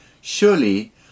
Surely